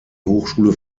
hochschule